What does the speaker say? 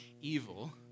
evil